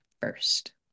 first